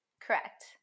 Correct